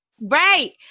Right